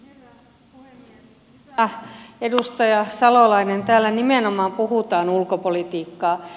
hyvä edustaja salolainen täällä nimenomaan puhutaan ulkopolitiikkaa